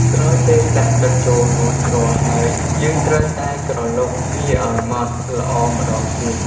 ក្រោយពេលដាក់ទឹកចូលរួចរាល់ហើយ យើងត្រូវតែក្រឡុកវាឱ្យម៉ដ្ឋល្អម្ដងទៀត។